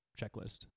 checklist